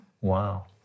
Wow